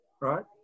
right